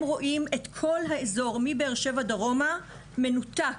הם רואים את כל האזור מבאר שבע דרומה מנותק.